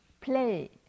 play